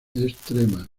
extremas